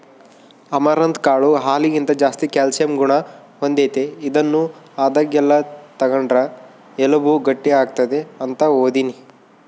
amaranth ಕಾಳು ಹಾಲಿಗಿಂತ ಜಾಸ್ತಿ ಕ್ಯಾಲ್ಸಿಯಂ ಗುಣ ಹೊಂದೆತೆ, ಇದನ್ನು ಆದಾಗೆಲ್ಲ ತಗಂಡ್ರ ಎಲುಬು ಗಟ್ಟಿಯಾಗ್ತತೆ ಅಂತ ಓದೀನಿ